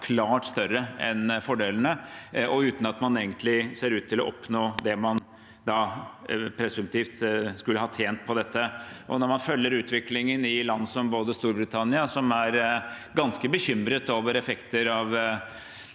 klart større enn fordelene, og uten at man egentlig ser ut til å oppnå det man presumptivt skulle ha tjent på dette. Når man følger utviklingen i land som f.eks. Storbritannia, ser vi at de er ganske bekymret over effekter av